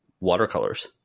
watercolors